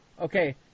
Okay